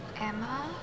Emma